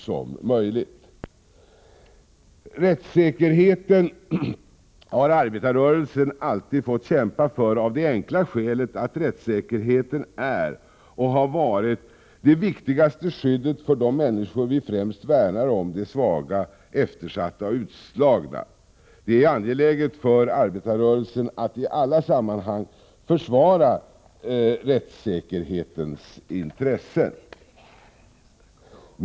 sk x : 5 Fredagen den Rättssäkerheten har arbetarrörelsen alltid fått kämpa för, av det enkla 3 maj 1985 skälet att rättssäkerheten är och har varit det viktigaste skyddet för de människor vi främst värnar om — de svaga, eftersatta och de utslagna. Det är Ekonomisk brotts angeläget för arbetarrörelsen att i alla sammanhang försvara rättssäkerhelighet, m.m. tens intresse.